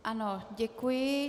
Ano, děkuji.